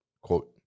quote